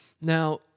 Now